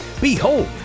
Behold